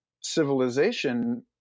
civilization